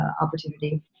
opportunity